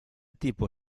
tipo